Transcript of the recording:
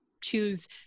choose